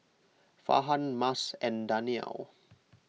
Farhan Mas and Danial